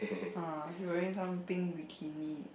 uh she wearing some pink bikini